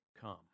come